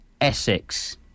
Essex